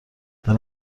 دلم